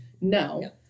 No